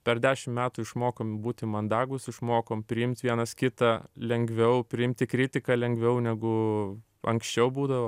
per dešimt metų išmokom būti mandagūs išmokom priimt vienas kitą lengviau priimti kritiką lengviau negu anksčiau būdavo